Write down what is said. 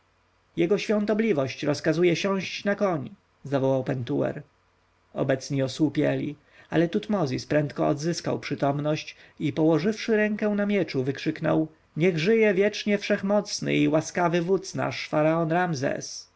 jego świątobliwość rozkazuje siąść na koń zawołał pentuer obecni osłupieli ale tutmozis prędko odzyskał przytomność i położywszy rękę na mieczu wykrzyknął niech żyje wiecznie wszechmocny i łaskawy wódz nasz